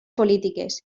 polítiques